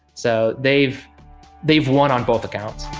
so they've they've won on both accounts